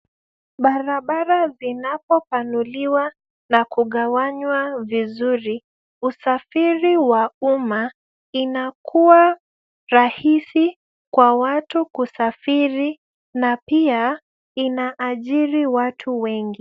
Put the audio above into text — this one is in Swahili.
Barabara zinapopanuliwa na kugawanywa vizuri, usafiri wa umma inakuwa rahisi kwa watu kusafiri na pia inaajiri watu wengi.